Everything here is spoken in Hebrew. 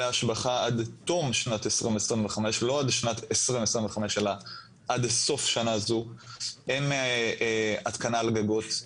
השבחה עד תום שנת 2025. אין התקנה על גגות,